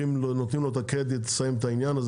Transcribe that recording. נותנים לו את הקרדיט לסיים את העניין הזה,